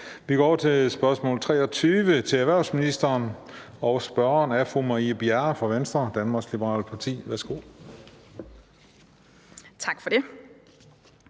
Vi går over til spørgsmål 23 til erhvervsministeren, og spørgeren er fru Marie Bjerre fra Venstre, Danmarks Liberale Parti. Kl. 18:41 Spm.